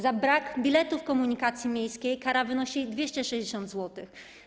Za brak biletu w komunikacji miejskiej kara wynosi 260 zł.